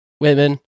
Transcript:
women